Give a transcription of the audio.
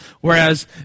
Whereas